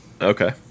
Okay